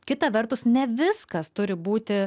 kita vertus ne viskas turi būti